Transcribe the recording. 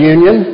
Union